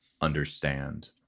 understand